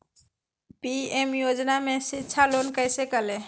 PM योजना में शिक्षा लोन कैसे करें?